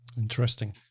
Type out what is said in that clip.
Interesting